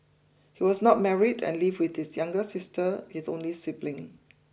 he was not married and lived with his younger sister his only sibling